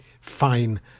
fine